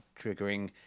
triggering